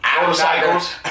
Motorcycles